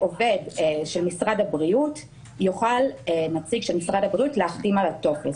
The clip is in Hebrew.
נציג של משרד הבריאות יוכל להחתים על הטופס.